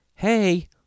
Hey